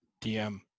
dm